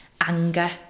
anger